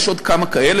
יש עוד כמה כאלה,